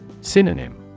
Synonym